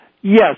Yes